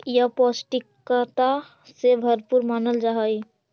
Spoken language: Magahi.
यह पौष्टिकता से भरपूर मानल जा हई